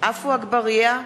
עפו אגבאריה,